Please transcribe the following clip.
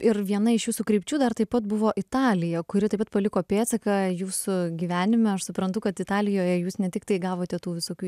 ir viena iš jūsų krypčių dar taip pat buvo italija kuri taip pat paliko pėdsaką jūsų gyvenime aš suprantu kad italijoje jūs ne tiktai gavote tų visokių